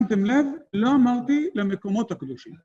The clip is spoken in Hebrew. שמתם לב, לא אמרתי למקומות הקדושים.